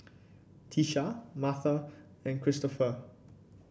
Tisha Marta and Christoper